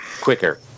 quicker